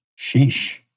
Sheesh